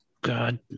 God